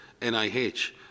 NIH